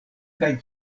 kaj